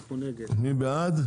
ארבע, מי בעד?